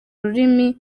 ururimi